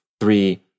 three